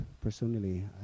personally